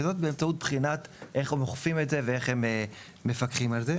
וזאת באמצעות בחינת האופן שבו הם מפקחים על זה.